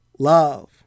Love